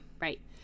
Right